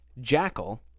jackal